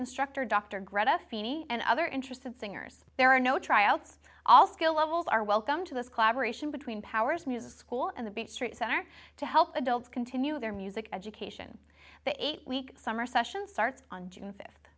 feeney and other interested singers there are no trials all skill levels are welcome to this collaboration between powers music school and the beat street center to help adults continue their music education the eight week summer session starts on june fifth